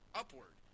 upward